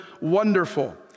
wonderful